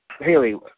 Haley